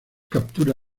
captura